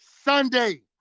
Sunday